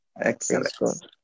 Excellent